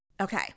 Okay